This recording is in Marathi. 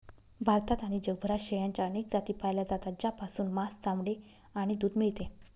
भारतात आणि जगभरात शेळ्यांच्या अनेक जाती पाळल्या जातात, ज्यापासून मांस, चामडे आणि दूध मिळते